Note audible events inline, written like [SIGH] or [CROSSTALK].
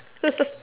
[LAUGHS]